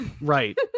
right